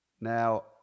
Now